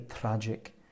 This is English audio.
tragic